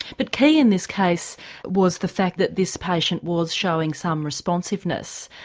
but key in this case was the fact that this patient was showing some responsiveness,